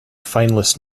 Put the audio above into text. finalist